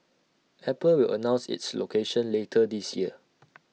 apple will announce its location later this year